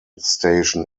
station